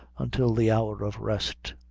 until the hour of rest.